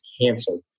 canceled